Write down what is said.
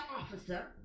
officer